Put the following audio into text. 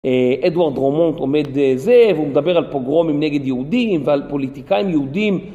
אדוארד רומונט עומד זה, והוא מדבר על פוגרומים נגד יהודים ועל פוליטיקאים יהודים.